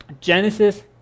Genesis